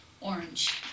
orange